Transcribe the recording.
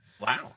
Wow